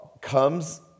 comes